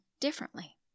differently